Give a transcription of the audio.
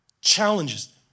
Challenges